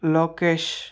Lokesh